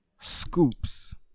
Scoops